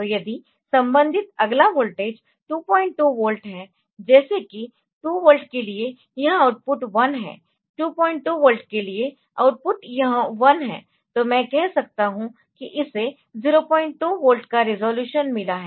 तो यदि संबंधित अगला वोल्टेज 22 वोल्ट है जैसे कि 2 वोल्ट के लिए यह आउटपुट 1 है 22 वोल्ट के लिए आउटपुट यह 1 है तो मैं कह सकता हूं कि इसे 02 वोल्ट का रिज़ॉल्यूशन मिला है